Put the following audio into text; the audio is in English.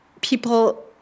people